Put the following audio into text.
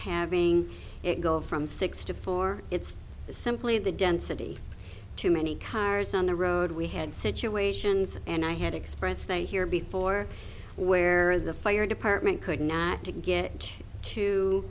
having it go from six to four it's simply the density too many cars on the road we had situations and i had expressed they here before where the fire department could not to get to